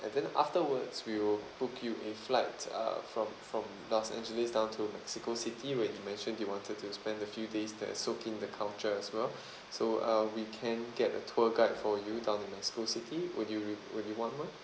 and then afterwards we will book you a flight uh from from los angeles down to mexico city where you mentioned you wanted to spend a few days there soaking the culture as well so uh we can get a tour guide for you down in mexico city would you re~ would you want one